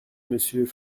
monsieur